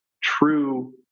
true